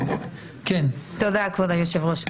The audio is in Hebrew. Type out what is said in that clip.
תודה, כבוד היושב-ראש.